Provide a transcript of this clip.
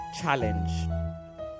challenge